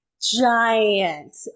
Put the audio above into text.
giant